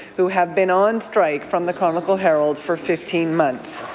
who have been on strike from the chronicle herald for fifteen months.